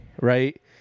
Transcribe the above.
right